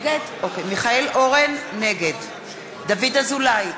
נגד דוד אזולאי,